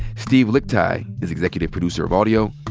steve lickteig is executive producer of audio.